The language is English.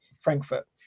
Frankfurt